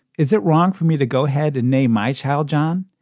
is it wrong for me to go ahead and name my child john?